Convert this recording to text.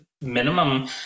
minimum